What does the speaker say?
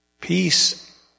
Peace